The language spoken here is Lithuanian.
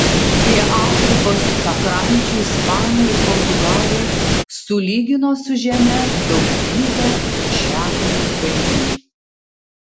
prie afrikos pakrančių ispanai ir portugalai sulygino su žeme daugybę čiabuvių kaimų